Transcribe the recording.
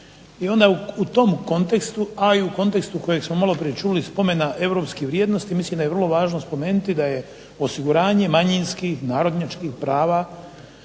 i onda u tom kontekstu, a i u kontekstu kojeg smo malo prije čuli spomen na europske vrijednosti mislim da je vrlo važno spomenuti da je osiguranje manjinskih, narodnjačkih prava